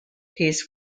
peace